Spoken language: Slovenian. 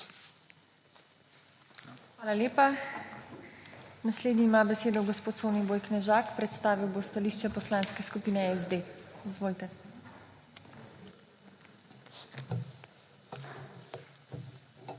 Hvala lepa. Naslednji ima besedo gospod Soniboj Knežak, predstavil bo stališče Poslanske skupine SD. Izvolite.